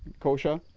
kochia,